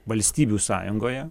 valstybių sąjungoje